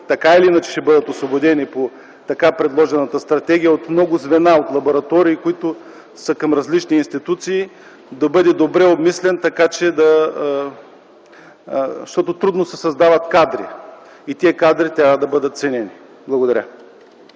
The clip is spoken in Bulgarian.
така или иначе, ще бъдат освободени по така предложената Стратегия от много звена – от лаборатории, които са към различни институции. Това трябва да бъде добре обмислено, защото трудно се създават кадри. Тези кадри трябва да бъдат ценени. Благодаря.